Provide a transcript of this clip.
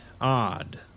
odd